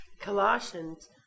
Colossians